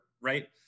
Right